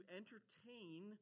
entertain